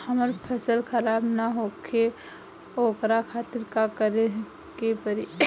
हमर फसल खराब न होखे ओकरा खातिर का करे के परी?